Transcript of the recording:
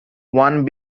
one